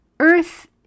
Earth